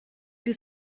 più